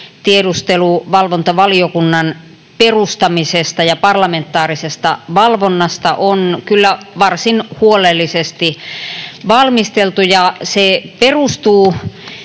tiedusteluvalvontavaliokunnan perustamisesta ja parlamentaarisesta valvonnasta on kyllä varsin huolellisesti valmisteltu. Se perustuu